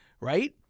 right